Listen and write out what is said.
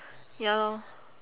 ya lor